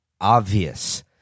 obvious